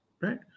Right